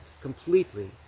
completely